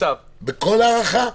בכל ההארכה?